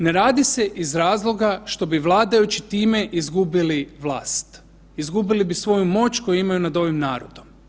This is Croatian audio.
Ne radi se iz razloga što bi vladajući time izgubili vlast, izgubili bi svoju moć koju imaju nad ovim narodom.